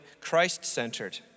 Christ-centered